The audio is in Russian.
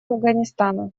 афганистана